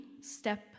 step